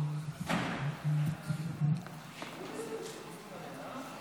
ההצעה להעביר את